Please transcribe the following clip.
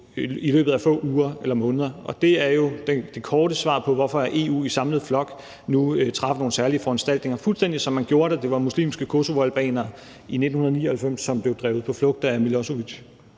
i løbet af få uger eller måneder. Det er jo det korte svar på, hvorfor EU i samlet flok nu træffer nogle særlige foranstaltninger, fuldstændig som man gjorde det, da det i 1999 var muslimske kosovoalbanere, som blev drevet på flugt af Milosevic.